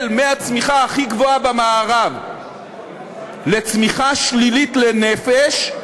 מהצמיחה הכי גבוהה במערב לצמיחה שלילית לנפש,